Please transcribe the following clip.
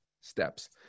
steps